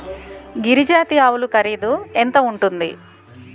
గిరి జాతి ఆవులు ఖరీదు ఎంత ఉంటుంది?